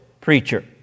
preacher